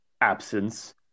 absence